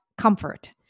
Comfort